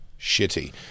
shitty